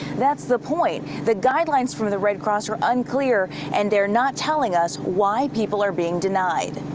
that's the point. the guidelines from the red cross are unclear and they're not telling us why people are being denied.